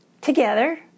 together